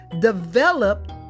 develop